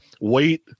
Wait